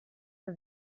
bei